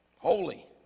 Holy